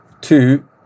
Two